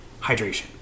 hydration